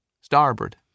Starboard